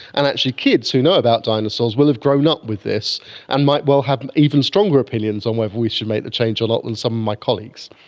and actually kids who know about dinosaurs will have grown up with this and might well have even stronger opinions on whether we should make the change or not than some of my colleagues.